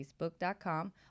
Facebook.com